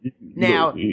Now